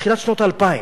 תחילת שנות האלפיים.